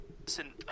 Listen